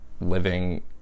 living